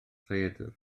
rhaeadr